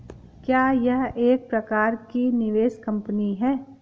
क्या यह एक प्रकार की निवेश कंपनी है?